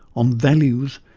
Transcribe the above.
on values,